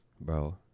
Bro